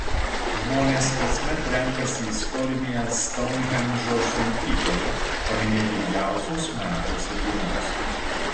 žmonės kasmet renkasi istorinėje stounhendžo šventykloje paminėti ilgiausios metuose dienos